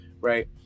Right